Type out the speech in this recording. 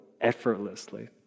effortlessly